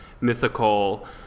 mythical